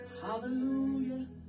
Hallelujah